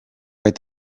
write